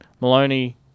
Maloney